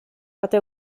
arte